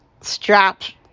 straps